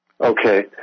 Okay